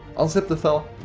unzip the file.